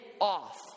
off